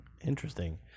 Interesting